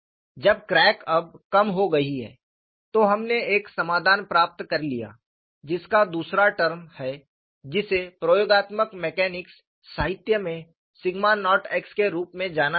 जब क्रैक अब कम हो गई है तो हमने एक समाधान प्राप्त कर लिया है जिसका दूसरा टर्म है जिसे प्रयोगात्मक मैकेनिक्स साहित्य में सिग्मा नॉट x के रूप में जाना जाता है